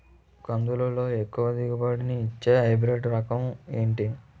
కందుల లో ఎక్కువ దిగుబడి ని ఇచ్చే హైబ్రిడ్ రకం ఏంటి?